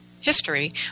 history